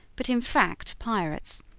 but in fact pirates.